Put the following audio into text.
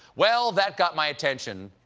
well, that got my attention.